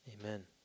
Amen